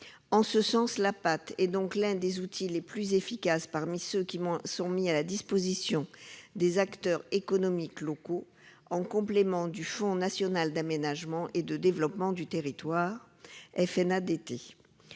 En ce sens, la PAT est donc l'un des outils les plus efficaces parmi ceux qui sont mis à la disposition des acteurs économiques locaux, en complément du Fonds national d'aménagement et de développement du territoire, le FNADT.